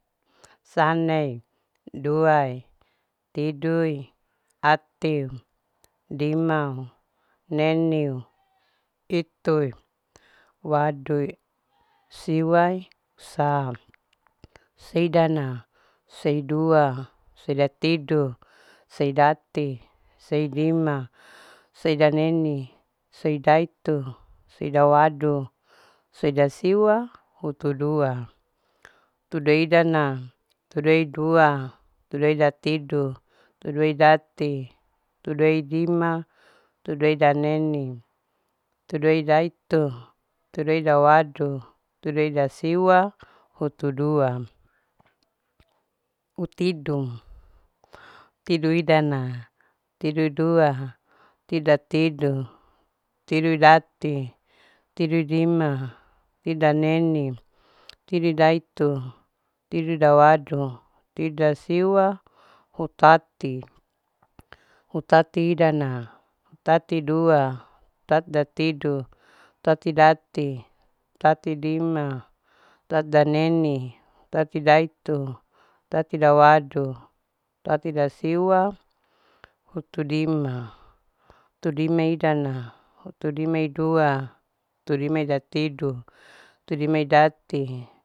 Sane, duae, tidui, atiu, dimau, nenui, titui, wadui, siwai, sa, seidana, seidua, seida tidu, seidati, seidima. seida neni, seidaitu, seida wadu, seida siwa, hutu dua. tudeidana. tudei dua. tudeida tidu, tudeidati. tudeidima. tudeidaneni. tudeidaitu. tudeidawadu. tudeidasiwa. hutudua. hutidu. tiduidana. tidudua. tidatidu. tiduidati. tiduidima. tidaneni. tiduidaitu. tiduidawadu. tidasiwa. hutati. hutatidana. hutatidua. hutatatidu. hutatidati. hutatidima. hutatidaneni. hutatidaetu. hutatidawadu. hutatidasiwa, hutudima, hutudimaidana, hutudimaidua, hutumaidatidu, hutumaidati